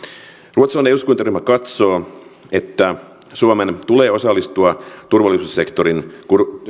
ruotsalainen eduskuntaryhmä katsoo että suomen tulee osallistua turvallisuussektorin